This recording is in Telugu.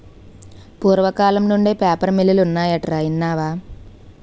పూర్వకాలం నుండే పేపర్ మిల్లులు ఉన్నాయటరా ఇన్నావా